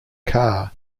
car